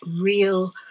real